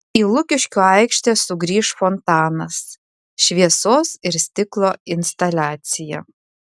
į lukiškių aikštę sugrįš fontanas šviesos ir stiklo instaliacija